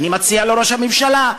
אני מציע לראש הממשלה,